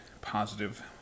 positive